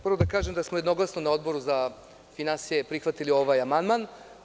Moram da kažem da smo jednoglasno na Odboru za finansije prihvatili ovaj amandman.